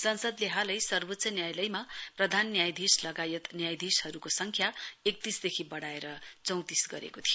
संसदले हालै सर्वोच्च न्यायालयमा प्रधान न्यायाधीश लगायत न्यायाधीशहरूको संख्या एकतीसदेखि बढाएर चौंतिस गरेको थियो